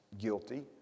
guilty